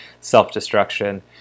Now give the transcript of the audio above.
self-destruction